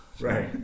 Right